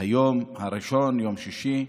היום הראשון שלו, יום שישי,